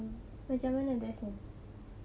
macam mana dress dia